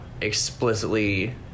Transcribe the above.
explicitly